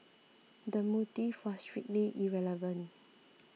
the motive was strictly irrelevant